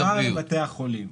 עברו לבתי החולים.